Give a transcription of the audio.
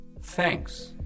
Thanks